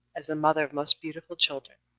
as the mother of most beautiful children.